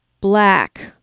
black